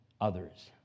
others